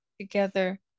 together